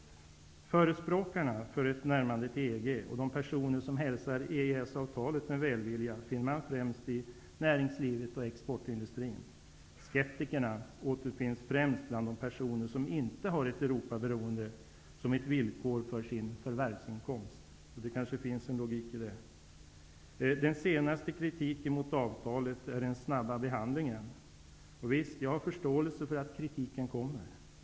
Förespråkarna för ett närmande till EG och de personer som hälsar EES-avtalet med välvilja finner vi främst inom näringslivet och inom exportindustrin. Skeptikerna återfinns främst bland de personer som inte har ett Europaberoende som villkor för sin förvärvsinkomst -- det finns kanske en logik i det. Den senaste kritiken mot avtalet är den snabba behandlingen. Jag har visst förståelse för den kritiken.